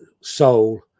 soul